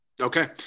Okay